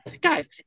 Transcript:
Guys